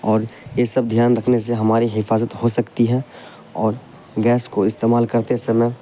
اور یہ سب دھیان رکھنے سے ہماری حفاظت ہو سکتی ہے اور گیس کو استعمال کرتے سمے